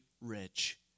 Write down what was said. rich